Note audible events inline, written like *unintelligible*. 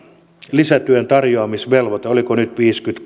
lisätyön tarjoamisvelvoite oliko nyt *unintelligible*